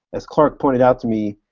as clark pointed out to me